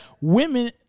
Women